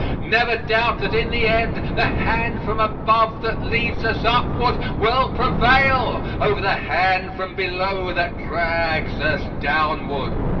never doubt that in the end, the hand from above that leads us upward will prevail over the hand from below that drags us downward.